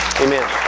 Amen